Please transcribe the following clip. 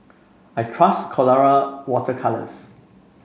I trust Colora Water Colours